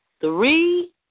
three